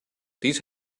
these